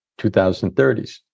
2030s